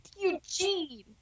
Eugene